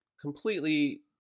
completely